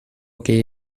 que